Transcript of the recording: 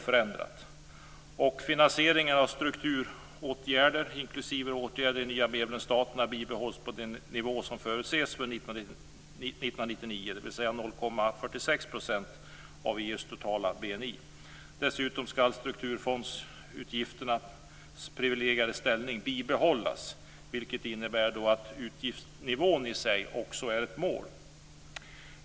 Finansieringen av strukturåtgärder, inklusive åtgärder i de nya medlemsstaterna, bibehålls på den nivå som förutses för 1999, dvs. 0,46 % av EU:s totala BNI. Dessutom skall strukturfondsutgifternas priviligierade ställning bibehållas, vilket innebär att utgiftsnivån i sig också är ett mål.